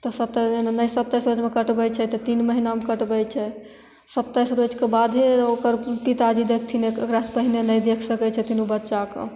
तऽ सतैसा नहि सताइस रोजमे कटबै छै तऽ तीन महिनामे कटबै छै सताइस रोजके बादे ओकर पिताजी देखथिन ओकरासे पहिले नहि देख सकै छथिन ओ बच्चाके